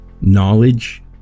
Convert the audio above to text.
Knowledge